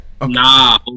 Nah